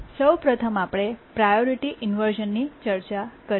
સૌ પ્રથમ આપણે પ્રાયોરિટી ઇન્વર્શ઼નની ચર્ચા કરીએ